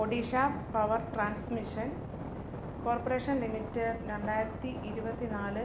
Odisha power transmission corporation limited രണ്ടായിരത്തി ഇരുപത്തിന്നാല്